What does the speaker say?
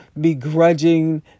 begrudging